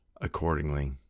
accordingly